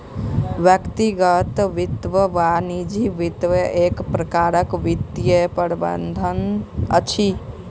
व्यक्तिगत वित्त वा निजी वित्त एक प्रकारक वित्तीय प्रबंधन अछि